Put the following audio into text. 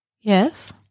Yes